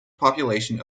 population